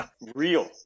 real